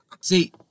See